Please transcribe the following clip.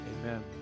Amen